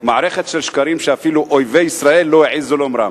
מערכת של שקרים שאפילו אויבי ישראל לא העזו לאומרם.